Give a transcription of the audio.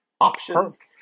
Options